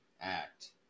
Act